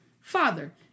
Father